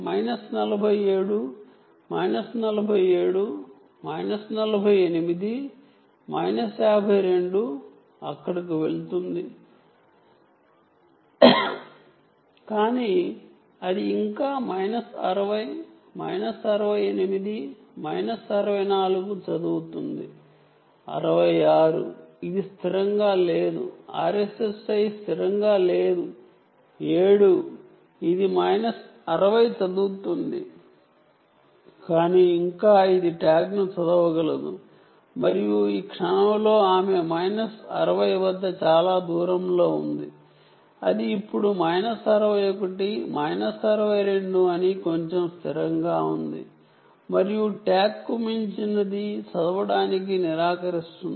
minus 47 minus 47 minus 48 minus 52 అక్కడకు వెళుతుంది కానీ అది ఇంకా మైనస్ 60 మైనస్ 68 మైనస్ 64 చదువుతుంది మైనస్ 66 ఇది స్థిరంగా లేదు RSSI స్థిరంగా లేదు సడెన్లి ఇది మైనస్ 60 చదువుతుంది కానీ ఇంకా ఇది ట్యాగ్ను చదవగలదు మరియు ఈ క్షణంలో ఆమె మైనస్ 60 వద్ద చాలా దూరంలో ఉంది ఇది ఇప్పుడు మైనస్ 61 మైనస్ 62 అని కొంచెం స్థిరంగా ఉంది మరియు ట్యాగ్కు మించినది చదవడానికి నిరాకరించింది